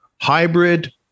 hybrid